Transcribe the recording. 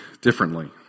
differently